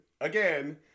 again